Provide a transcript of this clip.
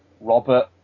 Robert